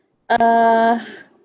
uh